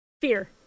fear